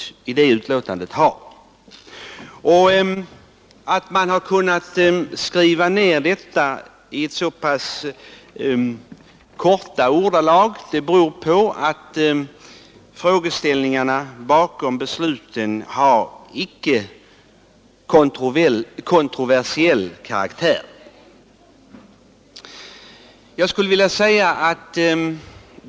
Att utskottet har kunnat fatta sig så kort beror på att frågeställningarna bakom förslagen inte är av kontroversiell karaktär.